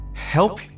help